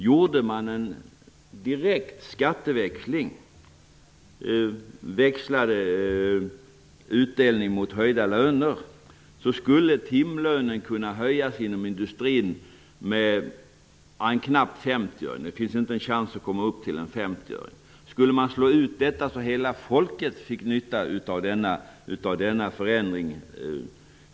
Gjorde man en direkt skatteväxling och växlade utdelning mot höjda löner skulle timlönen inom industrin kunna höjas med mindre än 50 öre. Det finns inte ens en chans att komma upp till en femtioöring.